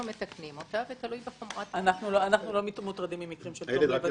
אנחנו לא מוטרדים ממקרים של תום לב.